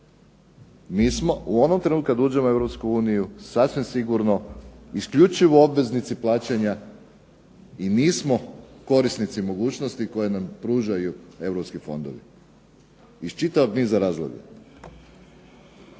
mi smo u onom trenu kad uđemo u EU sasvim sigurno isključivo obveznici plaćanja i nismo korisnici mogućnosti koje nam pružaju europski fondovi iz čitavog niza razloga.